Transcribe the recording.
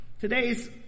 Today's